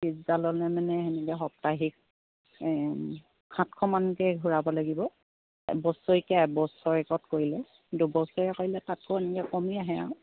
পঁচিছ হাজাৰ ল'লে মানে তেনেকৈ সাপ্তাহিক সাতশ মানকৈ ঘূৰাব লাগিব বছৰেকীয়া বছৰেকত কৰিলে দুবছৰীয়া কৰিলে তাতকৈ এনেকৈ কমি আহে আৰু